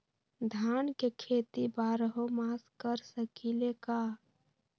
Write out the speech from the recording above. धान के खेती बारहों मास कर सकीले का?